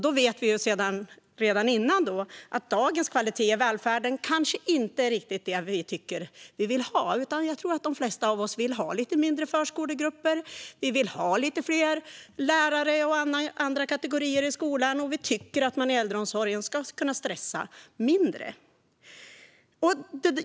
Då vet vi sedan tidigare att dagens kvalitet i välfärden kanske inte riktigt är den som vi vill ha. Jag tror att de flesta av oss vill ha lite mindre förskolegrupper, vill ha lite fler lärare och andra kategorier i skolan och tycker att man i äldreomsorgen ska kunna stressa mindre.